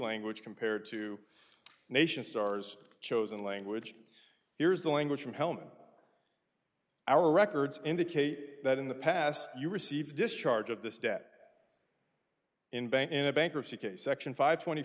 language compared to nation stars chosen language here's the language from helmer our records indicate that in the past you receive discharge of this debt in bank in a bankruptcy case section five twenty